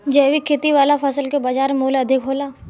जैविक खेती वाला फसल के बाजार मूल्य अधिक होला